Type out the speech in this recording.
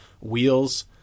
wheels